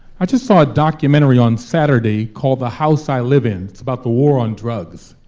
i just saw a documentary on saturday called the house i live in. it's about the war on drugs.